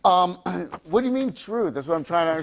um what do you mean true? that's what i'm trying to